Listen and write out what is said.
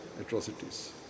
atrocities